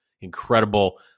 incredible